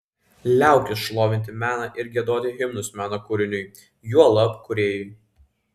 liaukis šlovinti meną ir giedoti himnus meno kūriniui juolab kūrėjui